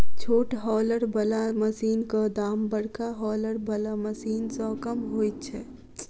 छोट हौलर बला मशीनक दाम बड़का हौलर बला मशीन सॅ कम होइत छै